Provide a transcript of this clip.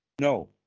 No